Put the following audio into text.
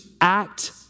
act